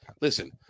Listen